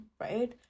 right